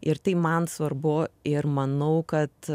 ir tai man svarbu ir manau kad